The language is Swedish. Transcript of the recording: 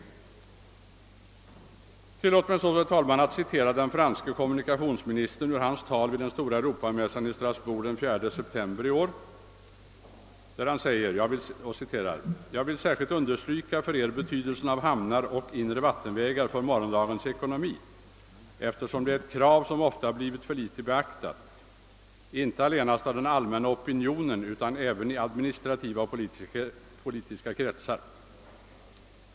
Tillåt mig så, herr talman, att citera den franske kommunikationsministern, som vid den stora Europamässan i Strasbourg den 4 september i år yttrade: »Jag vill särskilt understryka för er betydelsen av hamnar och inre vattenvägar för morgondagens ekonomi, eftersom det är ett krav som ofta blivit för litet beaktat, inte allenast av den allmänna opinionen, utan även i administrativa och politiska kretsar.